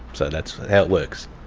so that's how it works.